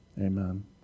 Amen